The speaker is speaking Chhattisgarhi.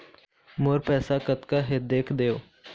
मोर पैसा कतका हे देख देव?